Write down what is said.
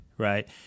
Right